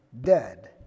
dead